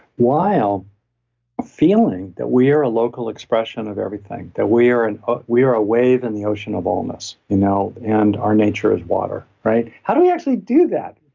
while feeling that we are a local expression of everything. that we are and are we are a wave in the ocean of allness you know and our nature is water, right? how do we actually do that?